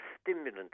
stimulant